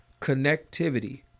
connectivity